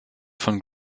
von